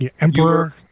emperor